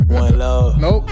Nope